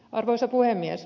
arvoisa puhemies